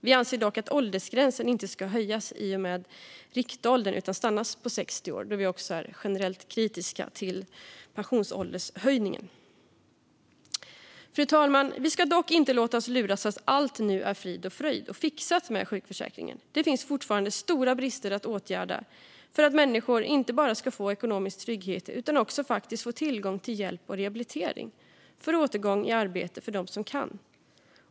Vi anser dock att åldersgränsen inte ska höjas i och med riktåldern utan stanna på 60 år då vi också är generellt kritiska till pensionsåldershöjningen. Fru talman! Vi ska dock inte låta oss luras att tro att allt nu är frid och fröjd och att allt är fixat med sjukförsäkringen. Det finns fortfarande stora brister att åtgärda för att människor inte bara ska få ekonomisk trygghet utan också tillgång till hjälp och rehabilitering för återgång i arbete, för dem som kan.